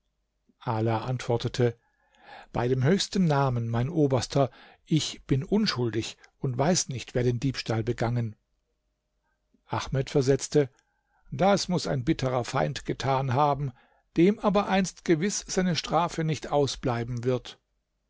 ala antwortete bei dem höchsten namen mein oberster ich bin unschuldig und weiß nicht wer den diebstahl begangen ahmed versetzte das muß ein bitterer feind getan haben dem aber einst gewiß seine strafe nicht ausbleiben wird